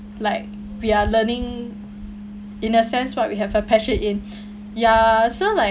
like we are learning in a sense what we have a passion in ya so like